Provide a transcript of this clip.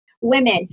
women